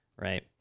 Right